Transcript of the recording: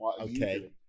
Okay